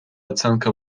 оценка